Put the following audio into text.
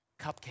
cupcake